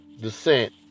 descent